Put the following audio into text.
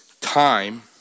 time